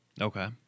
Okay